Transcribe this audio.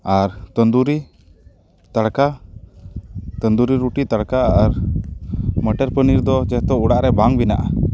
ᱟᱨ ᱛᱟᱱᱫᱩᱨᱤ ᱛᱟᱲᱠᱟ ᱛᱟᱱᱫᱩᱨᱤ ᱨᱩᱴᱤ ᱛᱟᱲᱠᱟ ᱟᱨ ᱢᱟᱴᱚᱨ ᱯᱟᱱᱤᱨ ᱫᱚ ᱡᱮᱦᱮᱛᱩ ᱚᱲᱟᱜ ᱨᱮ ᱵᱟᱝ ᱵᱮᱱᱟᱜᱼᱟ